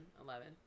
eleven